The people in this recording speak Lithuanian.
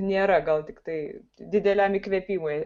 nėra gal tiktai dideliam įkvėpimui